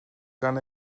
gan